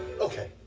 okay